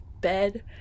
bed